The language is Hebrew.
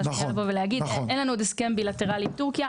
אין לנו עדיין הסכם בילטרלי עם טורקיה,